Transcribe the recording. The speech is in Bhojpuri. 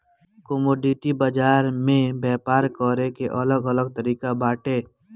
कमोडिटी बाजार में व्यापार करे के अलग अलग तरिका बाटे